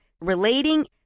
relating